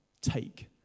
take